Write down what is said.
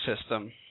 system